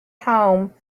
home